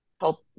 Help